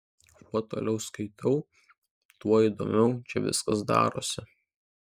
kuo toliau skaitau tuo įdomiau čia viskas darosi